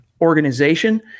organization